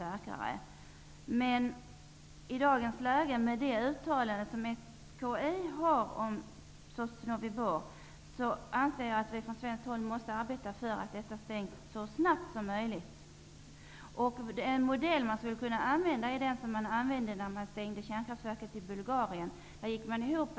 Jag anser att vi från svensk sida, efter SKI:s uttalande om Sosnovyj Bor, måste arbeta för att detta stängs så snabbt som möjligt. Den modell man skulle kunna använda är den som användes när ett kärnkraftverk stängdes i Bulgarien.